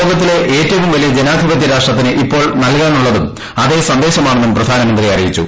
ലോകത്തിലെ ഏറ്റവും വലിയ ജനാധിപത്യൂര്യഷ്ട്രടത്തിന് ഇപ്പോൾ നൽകാനുള്ളതും അതേ സന്ദേശമാണെന്നും പ്രധാനമന്ത്രി അറിയിച്ചു